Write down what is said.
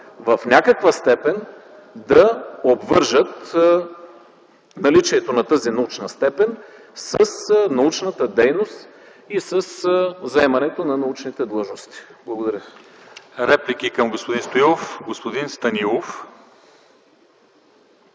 в някаква степен да обвържат наличието на тази научна степен с научната дейност и със заемането на научните длъжностни. Благодаря.